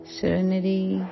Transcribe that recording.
serenity